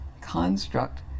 construct